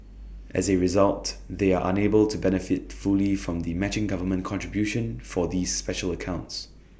as A result they are unable to benefit fully from the matching government contribution for these special accounts